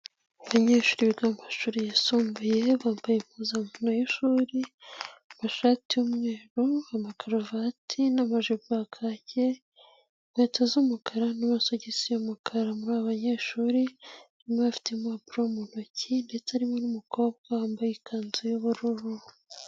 Abanyeshuri biga amashuri yisumbuye bambaye impuzankano y'ishuri, amashati y'umweru, amakaruvati n'amajipo ya kake, inkweto z'umukara n'amasogisi y'umukara. Muri abanyeshuri harimo bamwe bafite impapuro mu ntoki ndetse harimo n'umukobwa wambaye ikanzu y'ubururu.